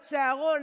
לצהרון,